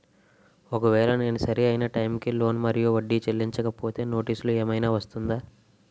ఒకవేళ నేను సరి అయినా టైం కి లోన్ మరియు వడ్డీ చెల్లించకపోతే నోటీసు ఏమైనా వస్తుందా?